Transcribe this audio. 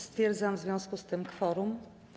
Stwierdzam w związku z tym kworum.